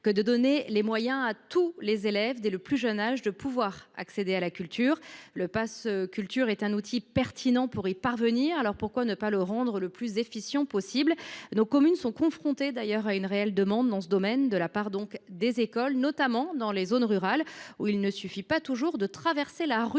que de donner à tous les élèves les moyens d’accéder à la culture ? Le pass Culture est un outil pertinent pour y parvenir. Pourquoi ne pas le rendre le plus efficient possible ? Nos communes font d’ailleurs face à une forte demande dans ce domaine de la part des écoles, notamment dans les zones rurales, où il ne suffit pas toujours de traverser la rue